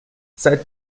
seit